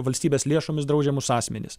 valstybės lėšomis draudžiamus asmenis